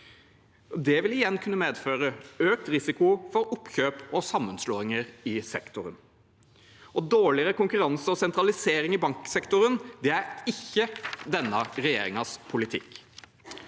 Det ville igjen kunne medføre økt risiko for oppkjøp og sammenslåinger i sektoren. Dårligere konkurranse og sentralisering i banksektoren er ikke denne regjeringens politikk.